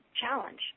challenge